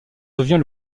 devient